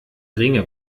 ringe